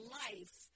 life